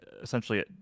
essentially